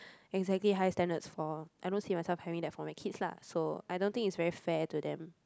exactly high standards for I don't see myself having that for my kids lah so I don't think is very fair to them